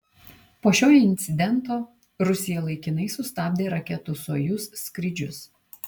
po šio incidento rusija laikinai sustabdė raketų sojuz skrydžius